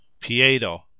piedo